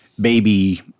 Baby